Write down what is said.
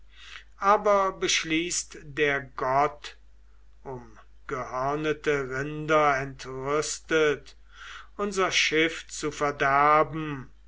aber beschließt der gott um gehörnete rinder entrüstet unser schiff zu verderben